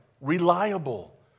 reliable